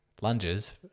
lunges